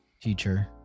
teacher